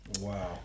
Wow